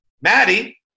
Maddie